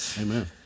Amen